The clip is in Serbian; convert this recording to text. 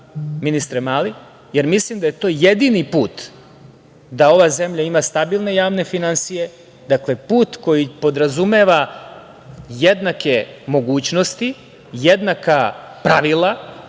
ministre Mali, jer mislim da je to jedini put da ova zemlja ima stabilne javne finansije, dakle, put koji podrazumeva jednake mogućnosti, jednaka pravila